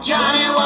Johnny